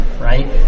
right